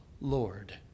Lord